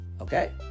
Okay